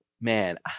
man